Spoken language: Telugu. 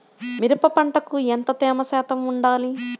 మిరప పంటకు ఎంత తేమ శాతం వుండాలి?